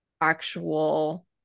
actual